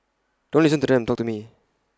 don't listen to them talk to me